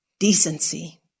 decency